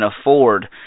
afford